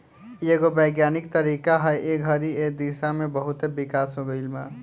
इ एगो वैज्ञानिक तरीका ह ए घड़ी ए दिशा में बहुते विकास हो गईल बा